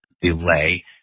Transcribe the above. delay